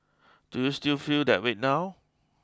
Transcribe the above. do you still feel that way now